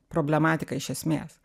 problematiką iš esmės